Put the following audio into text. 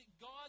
God